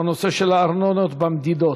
בנושא של הארנונות לפי מדידות.